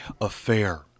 affair